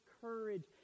Courage